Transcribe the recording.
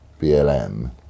blm